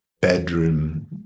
bedroom